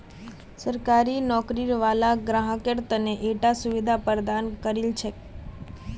सरकारी नौकरी वाला ग्राहकेर त न ईटा सुविधा प्रदान करील छेक